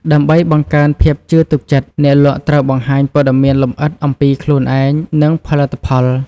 ដើម្បីបង្កើនភាពជឿទុកចិត្ត អ្នកលក់ត្រូវបង្ហាញព័ត៌មានលម្អិតអំពីខ្លួនឯង និងផលិតផល។